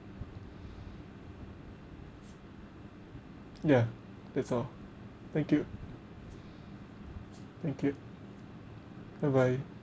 ya that's all thank you thank you bye bye